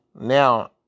now